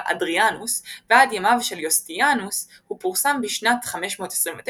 אדריאנוס ועד ימיו של יוסטיניאנוס והוא פורסם בשנת 529,